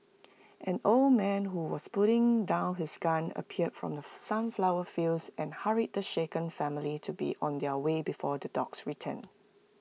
an old man who was putting down his gun appeared from the sunflower fields and hurried the shaken family to be on their way before the dogs return